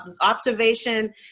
observation